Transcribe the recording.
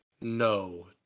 no